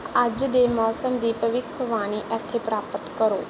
ਅੱਜ ਦੇ ਮੌਸਮ ਦੀ ਭਵਿੱਖਵਾਣੀ ਇੱਥੇ ਪ੍ਰਾਪਤ ਕਰੋ